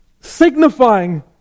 signifying